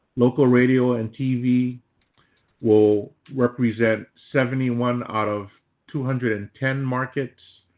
local radio and tv will represent seventy one out of two hundred and ten markets.